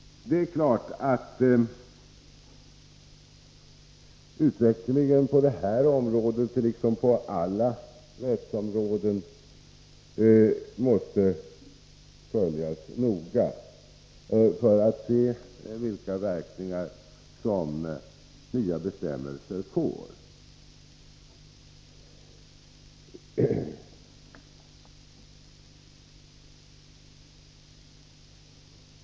Det är klart att utvecklingen på detta område liksom på alla rättsområden måste följas noga för att man skall se vilka verkningar som nya bestämmelser får.